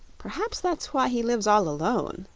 perhaps that's why he lives all alone,